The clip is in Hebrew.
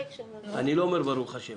אני לא אומר ברוך ה',